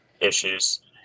issues